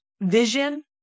vision